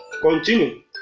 Continue